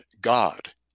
God